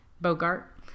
Bogart